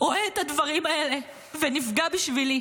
רואה את הדברים האלה ונפגע בשבילי.